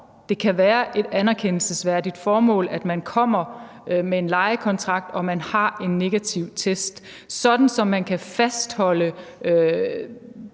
det kan være et anerkendelsesværdigt formål, at man kommer med en lejekontrakt, og at man har en negativ test, sådan at de kan fastholde